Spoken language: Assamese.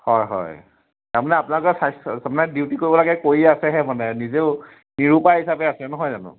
হয় হয় তাৰমানে আপোনালোকৰ এই স্বাস্থ্য তাৰমানে ডিউটি কৰিব লাগে কৰি আছেহে মানে নিজেও নিৰূপায় হিচাপে আছে নহয় জানো